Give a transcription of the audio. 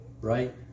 right